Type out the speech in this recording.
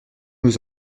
nous